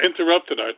interrupted